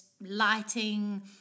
lighting